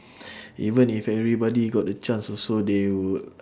even if everybody got the chance also they would